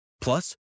Plus